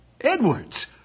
Edwards